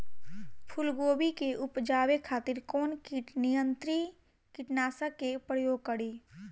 फुलगोबि के उपजावे खातिर कौन कीट नियंत्री कीटनाशक के प्रयोग करी?